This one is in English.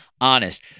honest